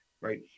right